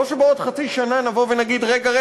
לא שבעוד חצי שנה נבוא ונגיד: רגע,